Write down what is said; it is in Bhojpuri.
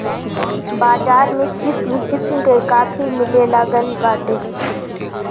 बाज़ार में किसिम किसिम के काफी मिलेलागल बाटे